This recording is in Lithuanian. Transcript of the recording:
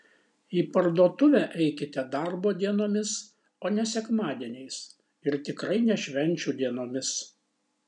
į parduotuvę eikite darbo dienomis o ne sekmadieniais ir tikrai ne švenčių dienomis